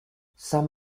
some